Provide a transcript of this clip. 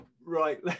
right